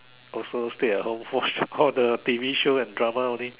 also stay at home watch all the T_V show and drama only